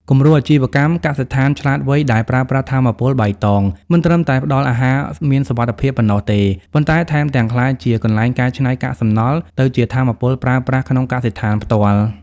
គំរូអាជីវកម្ម "កសិដ្ឋានឆ្លាតវៃ" ដែលប្រើប្រាស់ថាមពលបៃតង មិនត្រឹមតែផ្ដល់អាហារមានសុវត្ថិភាពប៉ុណ្ណោះទេ ប៉ុន្តែថែមទាំងក្លាយជាកន្លែងកែច្នៃកាកសំណល់ទៅជាថាមពលប្រើប្រាស់ក្នុងកសិដ្ឋានផ្ទាល់។